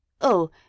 Oh